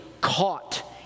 caught